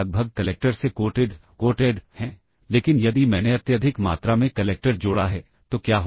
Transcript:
programme counter value register अब 4000 hex से load हो जाएगा